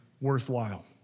worthwhile